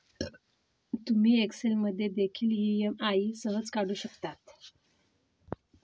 तुम्ही एक्सेल मध्ये देखील ई.एम.आई सहज काढू शकता